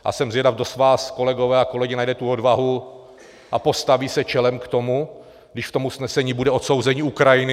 A jsem zvědav, kdo z vás, kolegové a kolegyně, najde tu odvahu a postaví se čelem k tomu, když v tom usnesení bude odsouzení Ukrajiny.